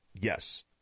Yes